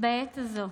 בעת הזו,